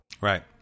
Right